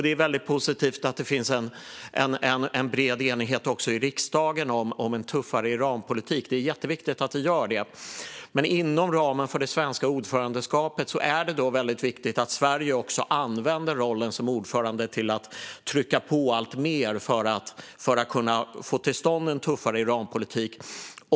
Det är också positivt att det finns en bred enighet i riksdagen om en tuffare Iranpolitik; det är jätteviktigt att det finns. Men det är också viktigt att Sverige inom ramen för det svenska ordförandeskapet använder rollen som ordförande till att alltmer trycka på för att få till stånd en tuffare Iranpolitik.